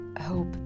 hope